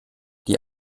die